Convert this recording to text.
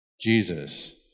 Jesus